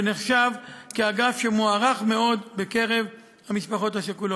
ונחשב לאגף שמוערך מאוד בקרב המשפחות השכולות.